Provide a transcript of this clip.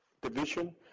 division